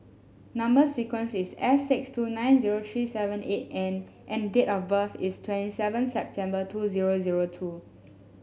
number sequence is S six two nine zero three seven eight N and date of birth is twenty seven September two zero zero two